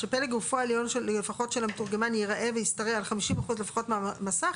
שפלג גופו העליון של המתורגמן ייראה וישתרע על 50% לפחות מהמסך,